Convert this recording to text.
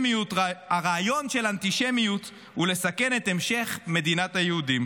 הרעיון של אנטישמיות הוא לסכן את המשך מדינת היהודים,